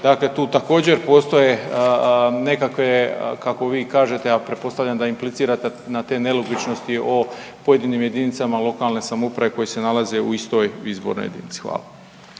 dakle tu također postoje nekakve kako vi kažete, a pretpostavljam da implicirate na te nelogičnosti o pojedinim jedinicama lokalne samouprave koje se nalaze u istoj izbornoj jedinici. Hvala.